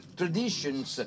traditions